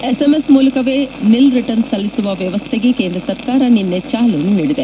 SMS ಮೂಲಕವೇ nil returns ಸಲ್ಲಿಸುವ ವ್ಯವಸ್ಥೆಗೆ ಕೇಂದ್ರ ಸರ್ಕಾರ ನಿನ್ನೆ ಚಾಲನೆ ನೀಡಿದೆ